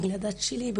בגלל הדת שלי,